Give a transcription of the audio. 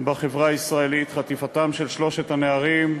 בחברה הישראלית, חטיפתם של שלושת הנערים: